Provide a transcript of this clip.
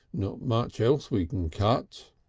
not much else we can cut.